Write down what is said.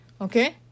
Okay